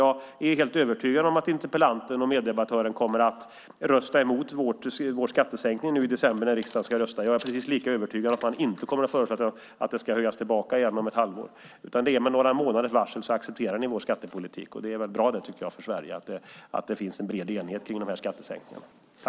Jag är helt övertygad om att interpellanten och meddebattören röstar mot vårt förslag om skattesänkning när riksdagen i december ska rösta om det, och lika övertygad är jag om att det inte kommer förslag om att gå tillbaka om ett halvår. Med några månaders varsel accepterar ni vår skattepolitik. Det är bra för Sverige att det finns en bred enighet om skattesänkningarna.